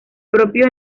propio